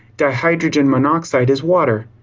dihydrogen monoxide is water.